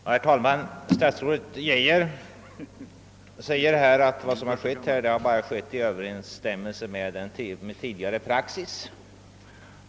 Herr talman! Statsrådet Geijer hävdar att vad som skett har varit i överensstämmelse med tidigare praxis.